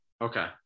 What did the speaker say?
okay